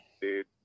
dude